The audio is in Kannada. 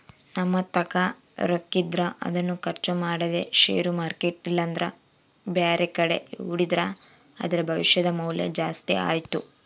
ನಮ್ಮತಾಕ ರೊಕ್ಕಿದ್ರ ಅದನ್ನು ಖರ್ಚು ಮಾಡದೆ ಷೇರು ಮಾರ್ಕೆಟ್ ಇಲ್ಲಂದ್ರ ಬ್ಯಾರೆಕಡೆ ಹೂಡಿದ್ರ ಅದರ ಭವಿಷ್ಯದ ಮೌಲ್ಯ ಜಾಸ್ತಿ ಆತ್ತು